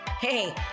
Hey